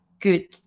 good